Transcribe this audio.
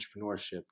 entrepreneurship